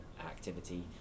activity